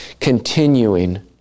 continuing